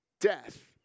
death